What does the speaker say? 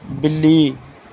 ਬਿੱਲੀ